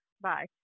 bye